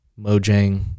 Mojang